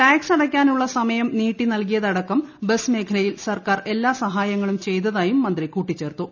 tax അടക്കാനുള്ള സമയം നീട്ടി നല്കിയതടക്കം ബസ് മേഖലയിൽ സർക്കാർ എല്ലാ സഹായങ്ങളും ചെയ്തതായും മന്ത്രി കൂട്ടിച്ചേർത്തു